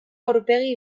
aurpegi